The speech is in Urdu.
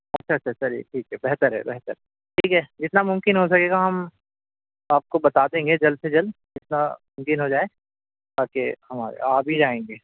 اچھا اچھا چلیے ٹھیک ہے بہتر ہے بہتر ہے ٹھیک ہے جتنا ممکن ہو سکے گا ہم آپ کو بتا دیں گے جلد سے جلد جتنا ممکن ہو جائے تا کہ ہم آ بھی جائیں گے